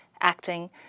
acting